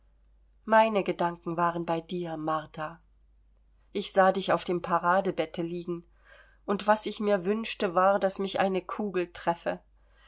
meine gedanken waren bei dir martha ich sah dich auf dem paradebette liegen und was ich mir wünschte war daß mich eine kugel treffe